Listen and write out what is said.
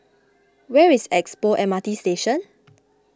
where is Expo M R T Station